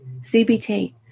CBT